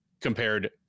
compared